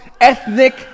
ethnic